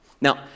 Now